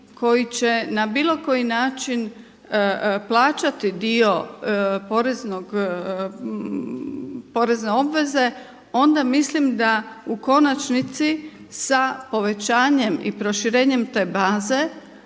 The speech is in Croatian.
koji će na bilo koji način plaćati dio porezne obveze onda mislim da u konačnici sa povećanjem i proširenjem te baze